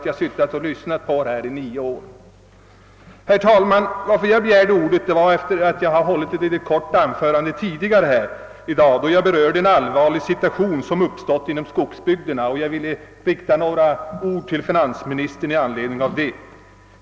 Jag har begärt ordet därför att jag tidigare i dag har hållit ett kort anförande, där jag berörde den allvarliga situation som har uppstått inom skogsbygderna, och jag ville rikta några ord till finansministern i anledning därav.